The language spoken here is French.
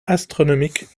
astronomiques